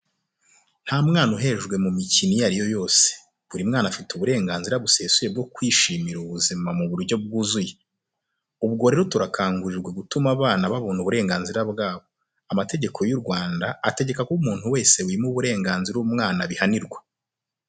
Nta mwana uhejwe mu mikino iyo ariyo yose. Buri mwana afite uburenganzira busesuye bwo kwishimira ubuzima mu buryo bwuzuye. Ubwo rero turakangurirwa gutuma abana babona uburenganzira bwabo. Amategeko y'u Rwanda ategeka ko umuntu wese wima uburenganzira umwana abihanirwa.